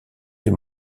des